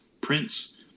Prince